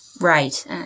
Right